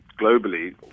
globally